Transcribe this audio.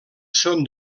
són